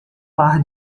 par